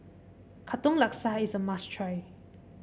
Katong Laksa is a must try